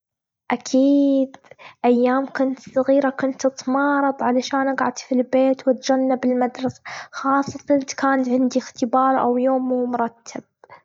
أكيد أيام كنت صغيرة كنت أتمارض علشان أجعد في البيت، واتزنه بالمدرسة خاصةً إذ كان عندي أختبار، أو يوم مو مرتب.